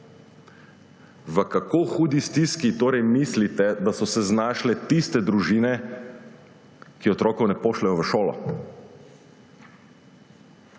V kako hudi stiski torej mislite, da so se znašle tiste družine, ki otrok ne pošljejo v šolo?